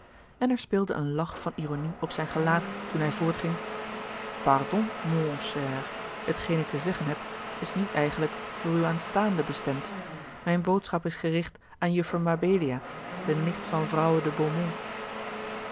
en er speelde een lach van ironie op zijn gelaat toen hij voortging pardon mon cher hetgeen ik te zeggen heb is niet eigenlijk voor uwe aanstaande bestemd mijne boodschap is gericht aan jufifer mabelia de nicht van vrouwe